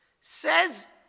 Says